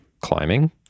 climbing